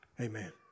Amen